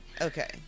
Okay